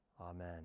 Amen